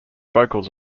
vocals